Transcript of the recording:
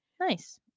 Nice